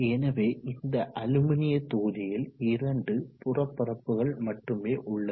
எனவே இந்த அலுமினிய தொகுதியில் இரண்டு புறப்பரப்புகள் மட்டுமே உள்ளது